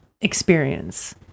experience